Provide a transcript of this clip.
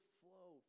flow